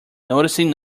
noticing